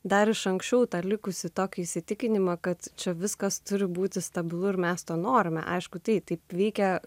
dar iš anksčiau tą likusį tokį įsitikinimą kad čia viskas turi būti stabilu ir mes to norime aišku tai taip vykę